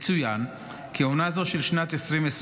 יצוין כי עונה זו של שנת 2022,